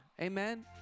Amen